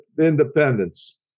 independence